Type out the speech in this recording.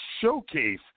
Showcase